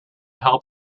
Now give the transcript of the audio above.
help